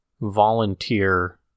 volunteer